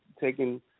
taking